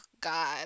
God